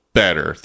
better